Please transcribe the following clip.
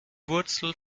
wurzel